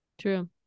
true